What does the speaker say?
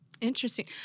Interesting